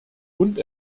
und